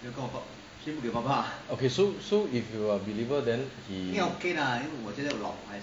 so so if you are believer then he